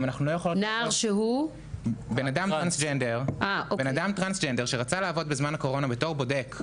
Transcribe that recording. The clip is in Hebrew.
נער טרנסג'נדר שרצה לעבוד בזמן הקורונה כבודק,